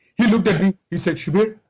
he looked at me, he said, subir,